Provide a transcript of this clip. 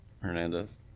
hernandez